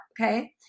okay